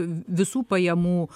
visų pajamų